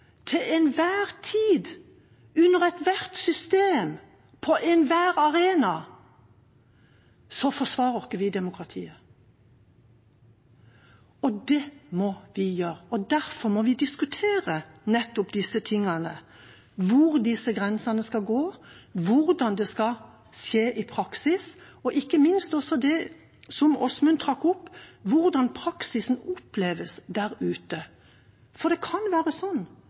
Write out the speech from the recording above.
til enhver tid, under ethvert system, på enhver arena, forsvarer vi ikke demokratiet, og det må vi gjøre. Derfor må vi diskutere nettopp disse tingene, hvor disse grensene skal gå, hvordan det skal skje i praksis, og ikke minst det som Åsmund Aukrust trakk opp, hvordan praksisen oppleves der ute. Det kan være